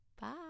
Bye